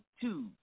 two